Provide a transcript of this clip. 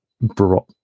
brought